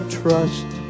trust